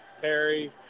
Harry